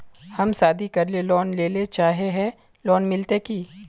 हम शादी करले लोन लेले चाहे है लोन मिलते की?